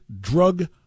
drug